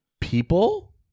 People